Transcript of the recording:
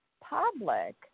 public